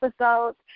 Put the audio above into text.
episodes